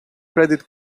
credit